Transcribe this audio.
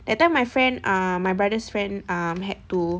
that time my friend um my brother's friend um had to